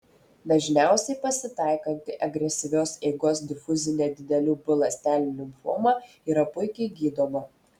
dažniausiai pasitaikanti agresyvios eigos difuzinė didelių b ląstelių limfoma yra puikiai gydoma